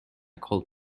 cold